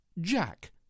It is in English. Jack